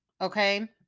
okay